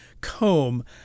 comb